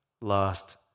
last